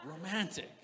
Romantic